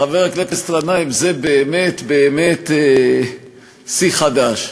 חבר הכנסת גנאים, זה באמת באמת שיא חדש.